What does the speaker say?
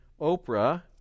Oprah